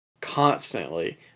constantly